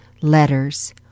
letters